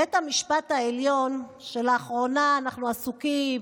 בית המשפט העליון, שלאחרונה אנחנו עסוקים